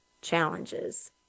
challenges